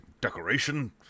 decoration